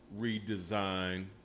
redesign